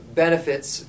benefits